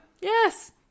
Yes